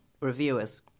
reviewers